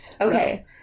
Okay